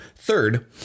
Third